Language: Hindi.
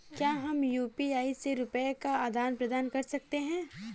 क्या हम यू.पी.आई से रुपये का आदान प्रदान कर सकते हैं?